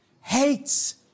Hates